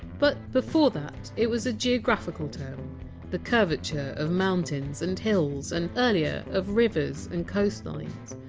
but before that, it was a geographical term the curvature of mountains and hills and, earlier, of rivers and coastlines,